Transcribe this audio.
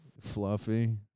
Fluffy